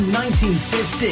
1950